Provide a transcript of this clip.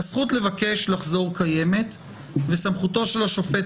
הזכות לבקש לחזור קיימת וסמכותו של השופט